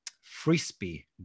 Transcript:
frisbee